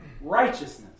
righteousness